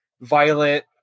violent